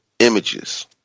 images